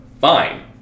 fine